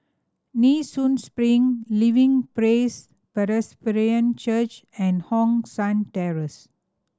Nee Soon Spring Living Praise Presbyterian Church and Hong San Terrace